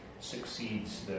succeeds